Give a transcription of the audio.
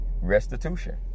Restitution